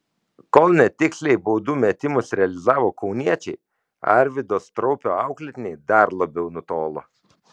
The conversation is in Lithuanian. kol netiksliai baudų metimus realizavo kauniečiai arvydo straupio auklėtiniai dar labiau nutolo